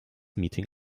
meeting